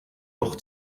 doch